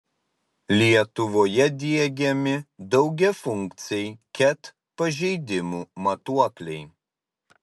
lietuvoje diegiami daugiafunkciai ket pažeidimų matuokliai